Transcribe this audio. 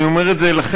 אני אומר את זה לכם,